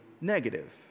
negative